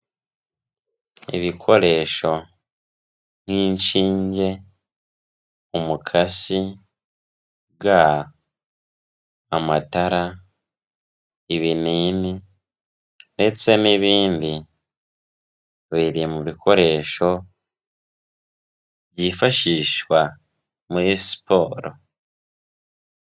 Ibikoresho nk'inshinge, umukasi, ga, amatara, ibinini ndetse n'ibindi biri mu bikoresho byifashishwa muri siporo.